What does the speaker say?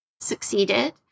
succeeded